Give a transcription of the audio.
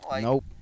Nope